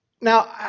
Now